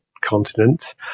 continent